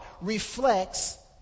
reflects